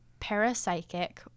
parapsychic